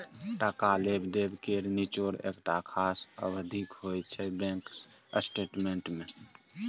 टका लेब देब केर निचोड़ एकटा खास अबधीक होइ छै बैंक स्टेटमेंट मे